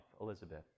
Elizabeth